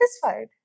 satisfied